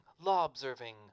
law-observing